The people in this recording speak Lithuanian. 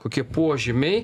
kokie požymiai